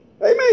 Amen